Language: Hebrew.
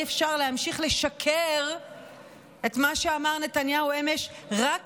אי-אפשר להמשיך לשקר את מה שאמר נתניהו אמש: "רק